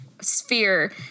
sphere